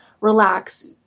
relax